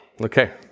Okay